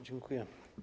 Dziękuję.